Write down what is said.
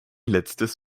letztes